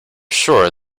sure